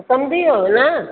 सम्झी वियो न